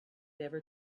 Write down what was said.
ever